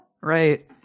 Right